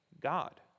God